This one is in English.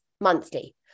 monthly